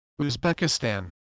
Uzbekistan